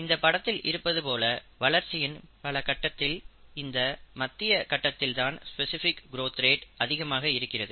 இந்த படத்தில் இருப்பது போல வளர்ச்சியின் பல கட்டத்தில் இந்த மத்திய கட்டத்தில் தான் ஸ்பெசிபிக் கிரோத் ரேட் அதிகமாக இருக்கிறது